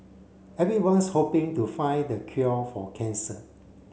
everyone's hoping to find the cure for cancer